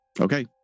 Okay